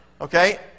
Okay